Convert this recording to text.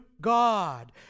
God